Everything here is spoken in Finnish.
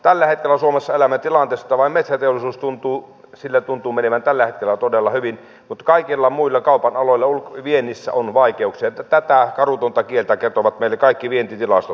tällä hetkellä suomessa elämme tilanteessa että vain metsäteollisuudella tuntuu menevän todella hyvin mutta kaikilla muilla kaupan aloilla viennissä on vaikeuksia tätä karua kieltä kertovat meille kaikki vientitilastot